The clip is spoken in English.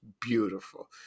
beautiful